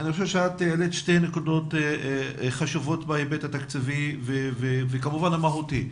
אני חושב שאת העלית שתי נקודות חשובות בהיבט התקציבי וכמובן המהותי,